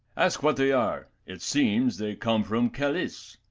ask what they are it seems, they come from callis.